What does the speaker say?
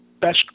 best